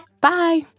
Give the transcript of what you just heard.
Bye